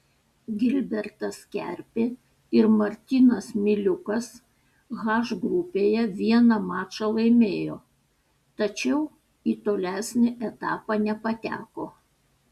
gilbertas kerpė ir martynas miliukas h grupėje vieną mačą laimėjo tačiau į tolesnį etapą nepateko